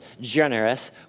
generous